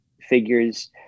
figures